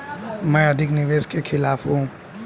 मैं अधिक निवेश के खिलाफ हूँ